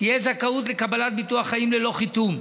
תהיה זכאות לקבלת ביטוח חיים ללא חיתום.